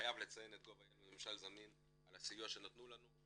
חייב לציין שוב את GOV.IL וממשל זמין על הסיוע שנתנו לנו,